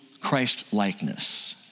Christ-likeness